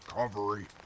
recovery